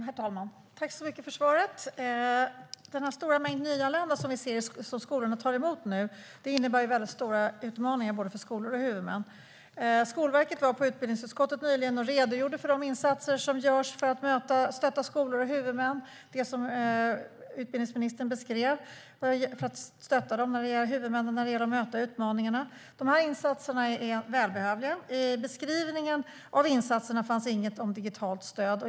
Herr talman! Tack så mycket, utbildningsministern, för svaret! Den stora mängd nyanlända som skolorna nu tar emot innebär stora utmaningar för både skolor och huvudmän. Skolverket var hos utbildningsutskottet nyligen och redogjorde för de insatser som görs för att stötta skolor och huvudmän när det gäller att möta utmaningarna - det som utbildningsministern beskrev. Dessa insatser är välbehövliga. I beskrivningen av insatserna fanns dock ingenting om digitalt stöd.